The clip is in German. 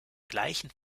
gleichen